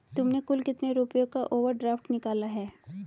तुमने कुल कितने रुपयों का ओवर ड्राफ्ट निकाला है?